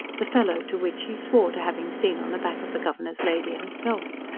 the fellow to which he swore to having seen on the back of the governor's lady herself.